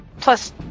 Plus